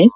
F